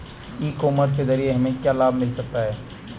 ई commerce के ज़रिए हमें क्या क्या लाभ मिल सकता है?